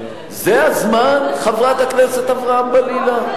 זה הזמן, חברת הכנסת אברהם-בלילא?